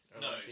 No